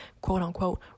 quote-unquote